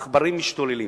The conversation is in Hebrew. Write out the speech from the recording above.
העכברים משתוללים.